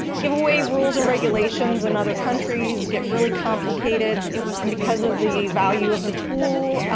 giveaway rules and regulations in other countries get really complicated and because of the value of the tool,